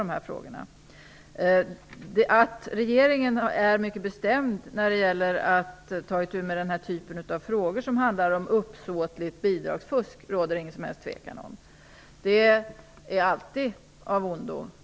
Men att regeringen är mycket bestämd när det gäller att ta itu med den typen av frågor som handlar om uppsåtligt bidragsfusk rådet det ingen som helst tvekan om. Det är något som alltid är av ondo.